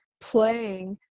playing